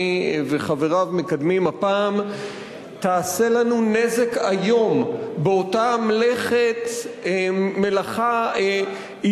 וחבריו מקדמים הפעם תעשה לנו נזק איום באותה מלאכה אטית